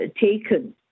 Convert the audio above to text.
taken